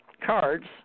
cards